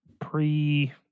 pre